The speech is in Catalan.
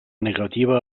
negativa